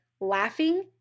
laughing